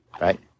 right